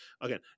again